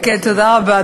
תודה רבה,